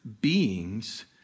beings